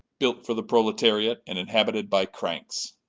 built for the proletariat, and inhabited by cranks.